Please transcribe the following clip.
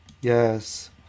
yes